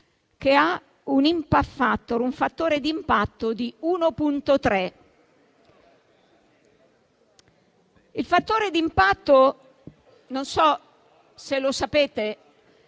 che ha un fattore di impatto di 1.3. Il fattore d'impatto - non so se lo sapete